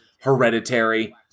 Hereditary